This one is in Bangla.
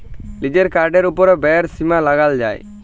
লিজের কার্ডের ওপর ব্যয়ের সীমা লাগাল যায়